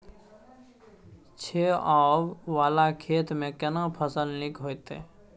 छै ॉंव वाला खेत में केना फसल नीक होयत?